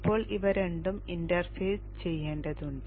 ഇപ്പോൾ ഇവ രണ്ടും ഇന്റർഫേസ് ചെയ്യേണ്ടതുണ്ട്